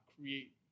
create